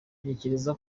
ntekereza